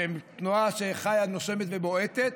שהיא תנועה שחיה נושמת ובועטת.